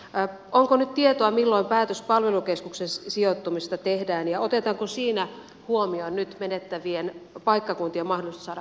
onko nyt tietoa milloin päätös palvelukeskuksen sijoittumisesta tehdään ja otetaanko siinä huomioon nyt menettävien paikkakuntien mahdollisuus saada korvaavaa toimintaa